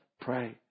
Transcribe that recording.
pray